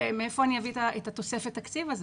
מאיפה אני אביא את תוספת התקציב הזאת?